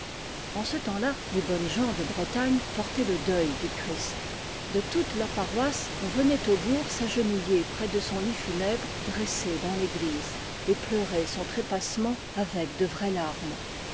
en ce temps-là les bonnes gens de bretagne portaient le deuil du christ de toute la paroisse on venait au bourg s'agenouiller près de son lit funèbre dressé dans l'église et pleurer son trépassement avec de vraies larmes